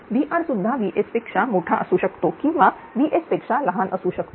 VR सुद्धा VS पेक्षा मोठा असू शकतो किंवाvs पेक्षा लहान असू शकतो